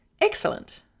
Excellent